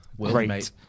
great